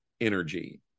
energy